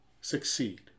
succeed